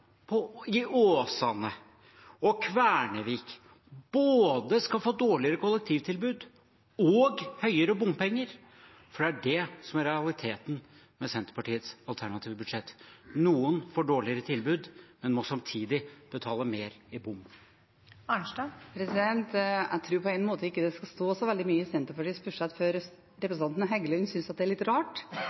i Åsane og i Kvernevik skal få både dårligere kollektivtilbud og mer bompenger? Det er det som er realiteten med Senterpartiets alternative budsjett: Noen får dårligere tilbud, men må samtidig betale mer i bompenger. Jeg tror ikke det skal stå så veldig mye i Senterpartiets budsjett før representanten Heggelund synes det er litt rart